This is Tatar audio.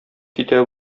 китә